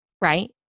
right